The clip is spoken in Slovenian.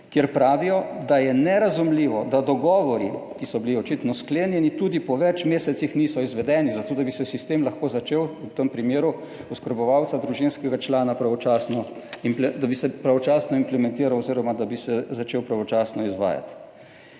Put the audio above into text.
kjer pravijo, da je nerazumljivo, da dogovori, ki so bili očitno sklenjeni tudi po več mesecih niso izvedeni zato, da bi se sistem lahko začel, v tem primeru oskrbovalca družinskega člana pravočasno, da bi se pravočasno implementiral oziroma da bi se začel pravočasno izvajati.